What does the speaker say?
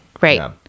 right